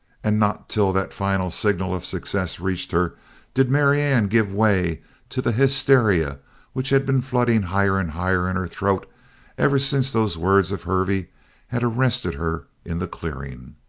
and not till that final signal of success reached her did marianne give way to the hysteria which had been flooding higher and higher in her throat ever since those words of hervey had arrested her in the clearing.